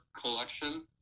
collection